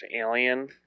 alien